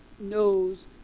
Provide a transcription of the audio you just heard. knows